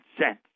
cents